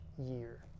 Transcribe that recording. year